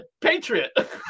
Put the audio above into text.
Patriot